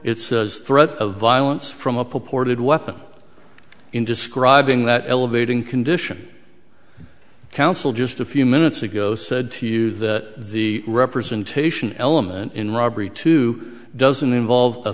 says threat of violence from a purported weapon in describing that elevating condition counsel just a few minutes ago said to you that the representation element in robbery two doesn't involve a